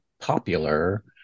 popular